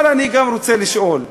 אבל אני רוצה לשאול: